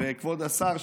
כבוד השר,